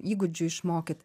įgūdžių išmokyt